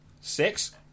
Six